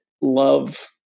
love